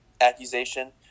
accusation